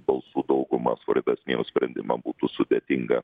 balsų daugumą svarbesniem sprendimam būtų sudėtinga